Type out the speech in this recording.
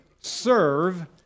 Serve